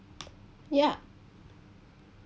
ya